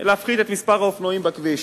אינטרס להפחית את מספר האופנועים בכביש,